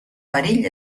perill